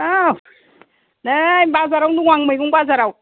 औ नै बाजारावनो दं आं मैगं बाजाराव